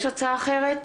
יש הצעה אחרת?